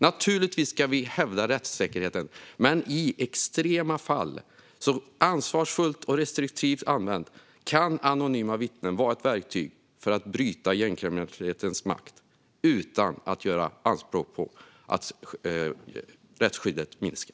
Naturligtvis ska vi hävda rättssäkerheten, men i extrema fall kan anonyma vittnen - vid ansvarsfull och restriktiv användning - vara ett verktyg för att bryta gängkriminalitetens makt utan att rättsskyddet minskar.